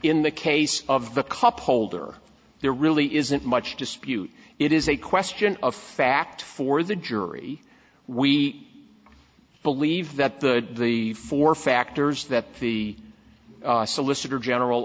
in the case of the cup holder there really isn't much dispute it is a question of fact for the jury we believe that the four factors that the solicitor general